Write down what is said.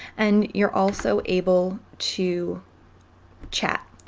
and you're also able to chat.